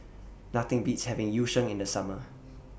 Nothing Beats having Yu Sheng in The Summer